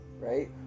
right